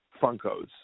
Funkos